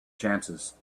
chances